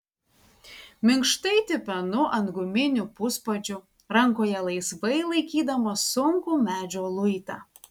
minkštai tipenu ant guminių puspadžių rankoje laisvai laikydamas sunkų medžio luitą